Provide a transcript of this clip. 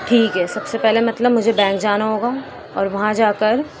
ٹھیک ہے سب سے پہلے مطلب مجھے بینک جانا ہوگا اور وہاں جا کر